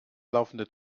laufende